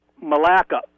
Malacca